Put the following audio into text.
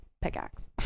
pickaxe